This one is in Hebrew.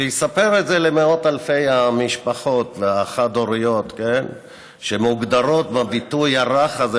שיספר את זה למאות אלפי המשפחות החד-הוריות שמוגדרות בביטוי הרך הזה,